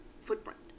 footprint